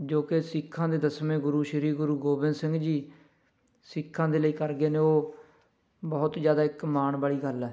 ਜੋ ਕਿ ਸਿੱਖਾਂ ਦੇ ਦਸਵੇਂ ਗੁਰੂ ਸ਼੍ਰੀ ਗੁਰੂ ਗੋਬਿੰਦ ਸਿੰਘ ਜੀ ਸਿੱਖਾਂ ਦੇ ਲਈ ਕਰ ਗਏ ਨੇ ਉਹ ਬਹੁਤ ਜ਼ਿਆਦਾ ਇੱਕ ਮਾਣ ਵਾਲੀ ਗੱਲ ਹੈ